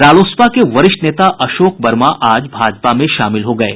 रालोसपा के वरिष्ठ नेता अशोक वर्मा आज भाजपा में शामिल हो गये